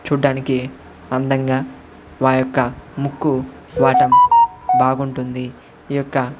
చూడటానికి అందంగా వా యొక్క ముక్కు వాటం బాగుంటుంది ఈ యొక్క